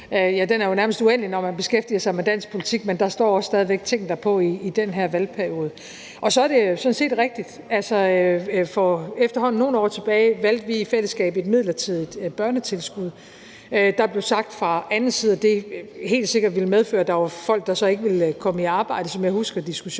er jo nærmest uendelig, når man beskæftiger sig med dansk politik, men der står også stadig væk ting derpå i den her valgperiode. Og så er det sådan set rigtigt, at for efterhånden nogle år tilbage valgte vi i fællesskab et midlertidigt børnetilskud. Der blev fra anden side sagt, at det helt sikkert ville medføre, at der var folk, der så ikke ville komme i arbejde, altså, som jeg husker diskussionen.